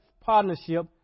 partnership